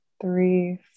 three